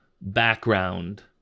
background